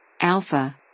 Alpha